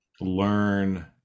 learn